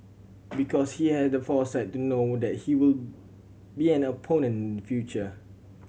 because he has the foresight to know that he will be an opponent in future